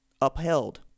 upheld